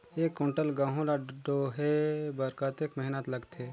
एक कुंटल गहूं ला ढोए बर कतेक मेहनत लगथे?